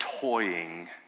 toying